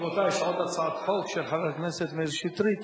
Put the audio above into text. רבותי, יש עוד הצעת חוק של חבר הכנסת מאיר שטרית